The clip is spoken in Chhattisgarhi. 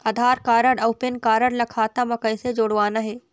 आधार कारड अऊ पेन कारड ला खाता म कइसे जोड़वाना हे?